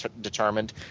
determined